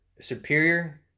superior